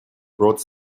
brought